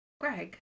Greg